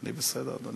אני בסדר, אדוני.